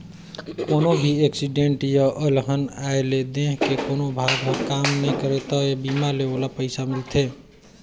कोनो भी एक्सीडेंट य अलहन आये ले देंह के कोनो भाग हर काम नइ करे त ए बीमा ले ओला पइसा मिलथे